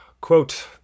quote